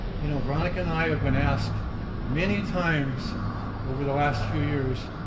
you know veronica and i have been asked many times over the last few years,